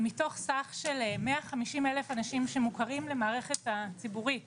מתוך סך של 150,000 אנשים שמוכרים למערכת הציבורית